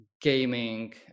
gaming